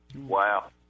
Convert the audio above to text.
Wow